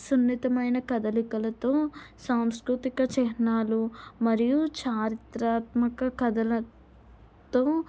సున్నితమైన కదలికలతో సాంస్కృతిక చిహ్నాలు మరియు చారిత్రాత్మక కథలతో